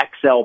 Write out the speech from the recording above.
XL